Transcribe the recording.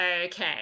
Okay